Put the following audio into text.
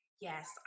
Yes